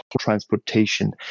transportation